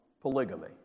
polygamy